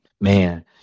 Man